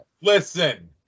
listen